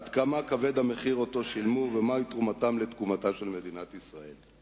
עד כמה כבד המחיר ששילמו ומהי תרומתם לתקומתה של מדינת ישראל,